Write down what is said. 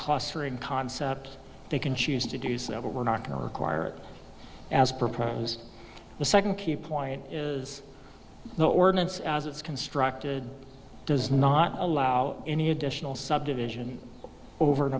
costs for a concept they can choose to do so but we're not going to require it as proposed the second key point is the ordinance as it's constructed does not allow any additional subdivision over and